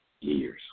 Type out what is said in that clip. years